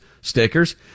stickers